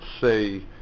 say